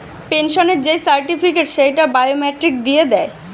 পেনসনের যেই সার্টিফিকেট, সেইটা বায়োমেট্রিক দিয়ে দেয়